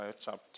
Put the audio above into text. chapter